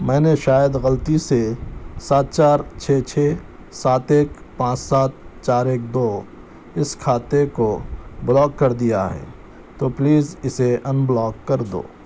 میں نے شاید غلطی سے سات چار چھ چھ سات ایک پانچ سات چار ایک دو اس کھاتے کو بلاک کر دیا ہے تو پلیز بلاک اسے ان کر دو